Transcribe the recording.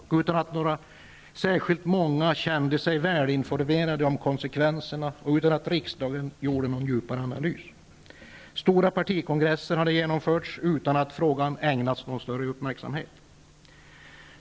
Det var inte särskilt många som kände sig välinformerade om konsekvenserna. Dessutom hade inte riksdagen gjort någon djupare analys. Stora partikongresser hade också genomförts utan att frågan ägnats någon större uppmärksamhet.